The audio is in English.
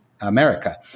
America